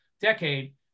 decade